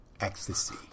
ecstasy